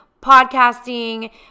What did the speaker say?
podcasting